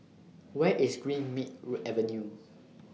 Where IS Greenmead Avenue